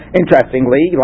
interestingly